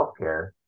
healthcare